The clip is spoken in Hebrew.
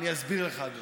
אסביר לך.